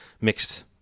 mixed